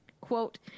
Quote